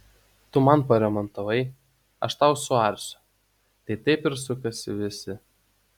tu man paremontavai aš tau suarsiu tai taip ir sukasi visi